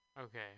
Okay